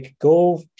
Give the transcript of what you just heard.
go